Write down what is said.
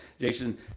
jason